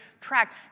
track